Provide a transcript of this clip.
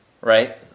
Right